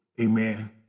amen